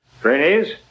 Trainees